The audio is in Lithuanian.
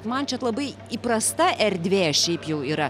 man čia labai įprasta erdvė šiaip jau yra